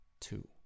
two